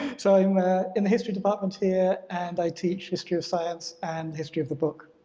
so i'm in the history department here and i teach history of science and history of the book.